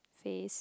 face